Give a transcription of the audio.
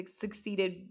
succeeded